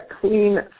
clean